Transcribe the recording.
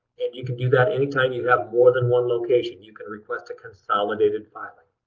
and you can do that any time you have more than one location. you can request a consolidated filing.